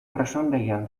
presondegian